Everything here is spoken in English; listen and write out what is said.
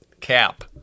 cap